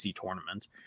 tournament